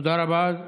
תודה רבה.